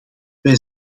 wij